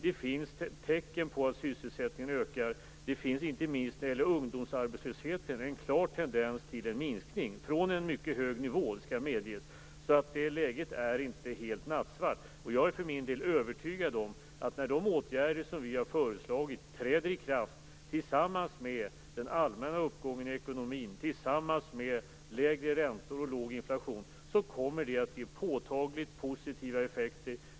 Det finns tecken på att sysselsättningen ökar. Det finns inte minst när det gäller ungdomsarbetslösheten en klar tendens till en minskning, även om det skall medges att det är från en mycket hög nivå. Läget är alltså inte helt nattsvart. Jag är för min del övertygad om att det när de åtgärder som vi har föreslagit träder i kraft, tillsammans med den allmänna uppgången i ekonomin, lägre räntor och låg inflation, kommer att bli påtagligt positiva effekter.